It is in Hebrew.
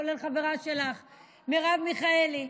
כולל חברה שלך מרב מיכאלי,